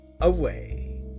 away